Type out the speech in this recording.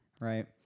right